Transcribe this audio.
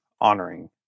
honoring